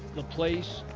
the place,